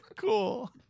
Cool